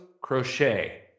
crochet